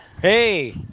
Hey